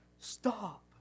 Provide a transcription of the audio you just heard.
stop